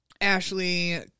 Ashley